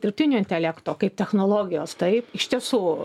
dirbtinio intelekto kaip technologijos taip iš tiesų